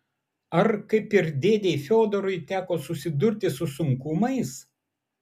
ar kaip ir dėdei fiodorui teko susidurti su sunkumais